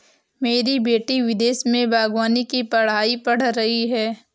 मेरी बेटी विदेश में बागवानी की पढ़ाई पढ़ रही है